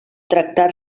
tractar